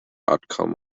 outcome